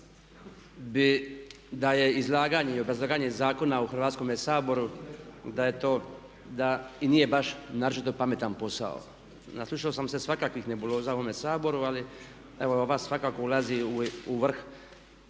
da je izlaganje i obrazlaganje zakona u Hrvatskome saboru da i nije baš naročito pametan posao. Naslušao sam se svakakvih nebuloza u ovome Saboru ali evo ova svakako ulazi u vrh